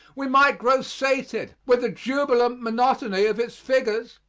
we might grow sated with the jubilant monotony of its figures,